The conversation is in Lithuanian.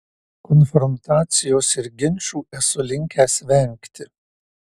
konfrontacijos ir ginčų esu linkęs vengti